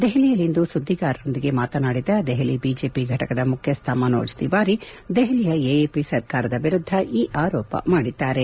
ದೆಹಲಿಯಲ್ಲಿಂದು ಸುದ್ದಿಗಾರರೊಂದಿಗೆ ಮಾತನಾಡಿದ ದೆಹಲಿ ಬಿಜೆಪಿ ಘಟಕದ ಮುಖ್ಯಸ್ಥ ಮನೋಜ್ ತಿವಾರಿ ದೆಹಲಿಯ ಎಎಪಿ ಸರ್ಕಾರದ ವಿರುದ್ಧ ಈ ಆರೋಪ ಮಾಡಿದ್ದಾರೆ